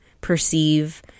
perceive